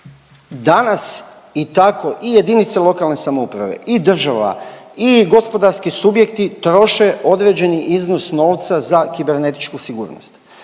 danas i tako i JLS i država i gospodarski subjekti troše određeni iznos novca za kibernetičku sigurnost.